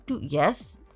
Yes